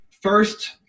first